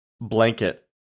blanket